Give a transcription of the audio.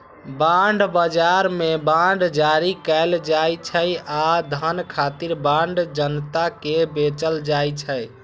bond बाजार मे bond जारी कैल जाइ छै आ धन खातिर बांड जनता कें बेचल जाइ छै